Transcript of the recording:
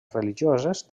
religioses